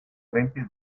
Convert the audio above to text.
frente